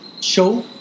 show